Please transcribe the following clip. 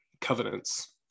covenants